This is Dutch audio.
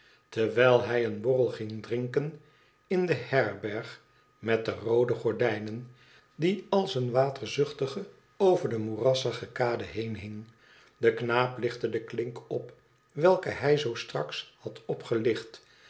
terwijl hij een borrel ging drinken in de herberg met de roode gordijnen die als een waterzuchtige over de moerassige kade heen hing de knaap lichtte de klink op welke hij zoo straks had opgelicht